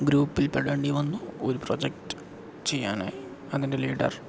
ഗ്രൂപ്പിൽ പെടേണ്ടി വന്നു ഒരു പ്രോജക്ട് ചെയ്യാനായി അതിൻ്റെ ലീഡർ